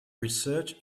research